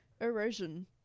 erosion